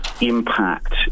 impact